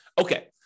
Okay